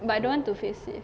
but I don't want to face it